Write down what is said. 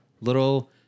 little